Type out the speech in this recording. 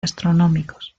astronómicos